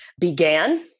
began